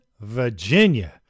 Virginia